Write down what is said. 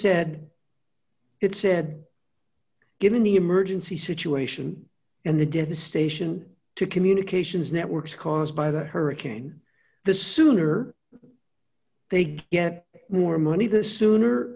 said it said given the emergency situation and the devastation to communications networks caused by the hurricane the sooner they get more money the sooner